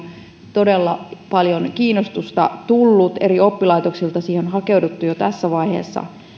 todella paljon kiinnostusta tullut eri oppilaitoksilta siihen on hakeuduttu jo tässä vaiheessa